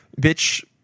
Bitch